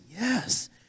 yes